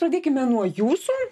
pradėkime nuo jūsų